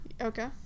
Okay